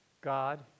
God